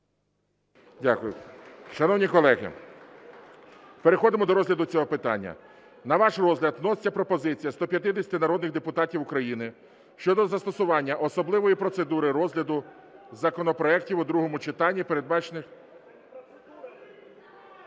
Дякую. Шановні колеги, переходимо до розгляду цього питання. На ваш розгляд вноситься пропозиція 150 народних депутатів України щодо застосування особливої процедури розгляду законопроектів у другому читанні, передбачених…